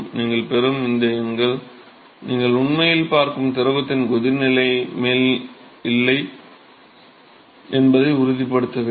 நீங்கள் பெறும் இந்த எண்கள் நீங்கள் உண்மையில் பார்க்கும் திரவத்தின் கொதிநிலைக்கு மேல் இல்லை என்பதை உறுதிப்படுத்த வேண்டும்